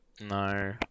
No